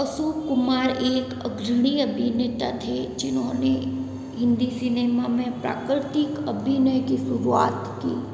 अशोक कुमार एक अग्रणी अभिनेता थे जिन्होंने हिंदी सिनेमा में प्राकृतिक अभिनय की शुरुआत की